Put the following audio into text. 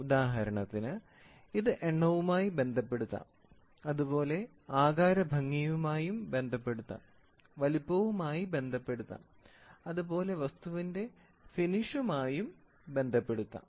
ഉദാഹരണത്തിന് ഇത് എണ്ണവുമായി ബന്ധപ്പെടുത്താം അതുപോലെ ആകാരഭംഗിയുമായി ബന്ധപ്പെടുത്താം വലിപ്പവുമായി ബന്ധപ്പെടുത്താം അതുപോലെ വസ്തുവിന്റെ ഫിനിഷുമായും ബന്ധപ്പെടുത്താം